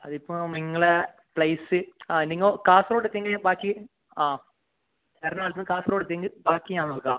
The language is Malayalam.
അത് ഇപ്പം നിങ്ങളെ പ്ലേസ് ആ നിങ്ങൾ കാസർഗോഡ് എത്തീങ്കി ബാക്കി ആ എറണാകുളത്തു നിന്ന് കാസർഗോഡ് എത്തീങ്കി ബാക്കി ഞാൻ നോക്കാം